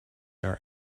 our